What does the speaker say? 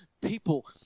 people